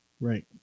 Right